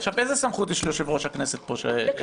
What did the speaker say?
איזה סמכות יש ליושב-ראש הכנסת פה?